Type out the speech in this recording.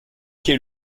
quai